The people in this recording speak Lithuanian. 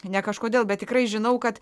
ne kažkodėl bet tikrai žinau kad